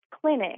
clinic